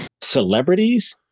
celebrities